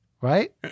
right